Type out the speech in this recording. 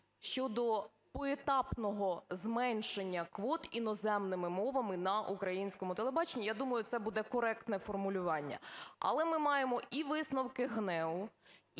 щодо поетапного зменшення квот іноземними мовами на українському телебаченні, я думаю, це буде коректне формулювання. Але ми маємо і висновки ГНЕУ,